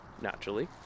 naturally